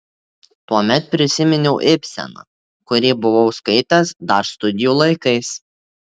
tuomet prisiminiau ibseną kurį buvau skaitęs dar studijų laikais